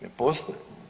Ne postoje!